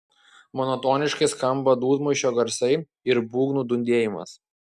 monotoniškai skamba dūdmaišio garsai ir būgnų dundėjimas